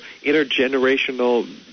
intergenerational